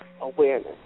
Awareness